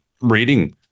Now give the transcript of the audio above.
reading